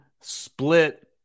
split